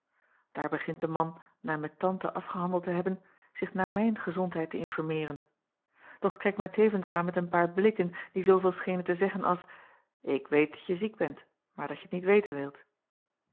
aar begint de man na met ante afgehandeld te hebben zich naar mijn gezondheid te informeeren doch kijkt mij tevens aan met een paar blikken die zooveel schenen te zeggen als ik weet dat je ziek bent maar dat je t niet weten wilt